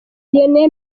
lionel